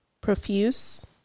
profuse